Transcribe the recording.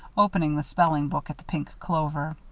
opening the spelling book at the pink clover.